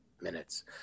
minutes